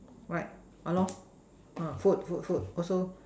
right lah food food food also